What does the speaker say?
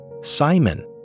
Simon